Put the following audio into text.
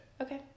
Okay